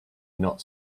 not